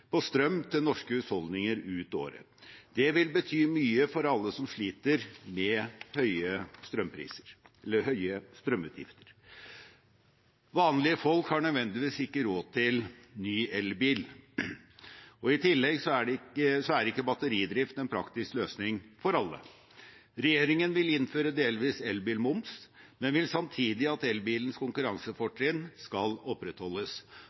på strøm til norske husholdninger ut året. Det vil bety mye for alle som sliter med høye strømutgifter. Vanlige folk har ikke nødvendigvis råd til ny elbil, og i tillegg er ikke batteridrift en praktisk løsning for alle. Regjeringen vil innføre delvis elbilmoms, men vil samtidig at elbilens konkurransefortrinn skal opprettholdes.